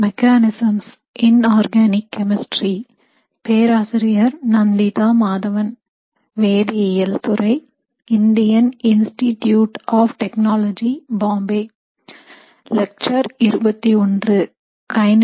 மீண்டும் வரவேற்கிறேன்